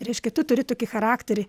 reiškia tu turi tokį charakterį